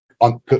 on